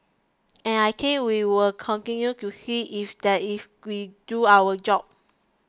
and I think we will continue to see if that if we do our job